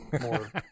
more